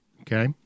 Okay